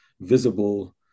visible